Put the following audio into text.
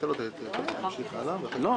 אז זה לא